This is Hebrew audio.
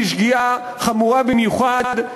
שהיא שגיאה חמורה במיוחד,